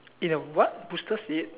in a what booster seat